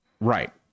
right